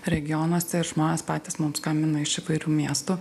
regionuose ir žmonės patys mum skambina iš įvairių miestų